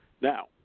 Now